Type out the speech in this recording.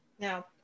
Now